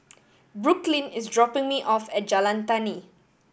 Brooklyn is dropping me off at Jalan Tani